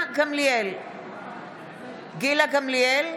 גילה גמליאל,